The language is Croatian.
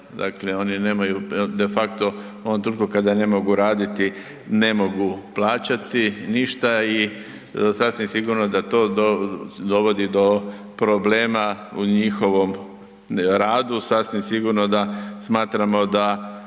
dakle oni nemaju defakto u onom trenutku kada ne mogu raditi, ne mogu plaćati ništa i sasvim sigurno da to dovodi do problema u njihovom radu, sasvim sigurno da smatramo da